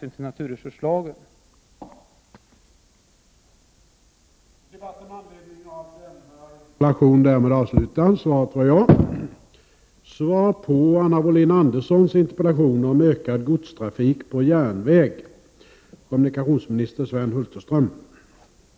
1988/89:39 utbyggnaden med hänsyn till naturresurslagen? 6 december 1988